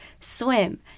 Swim